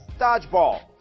Dodgeball